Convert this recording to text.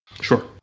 Sure